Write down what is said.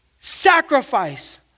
sacrifice